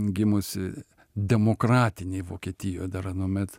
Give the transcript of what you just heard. gimusi demokratinėj vokietijoj dar anuomet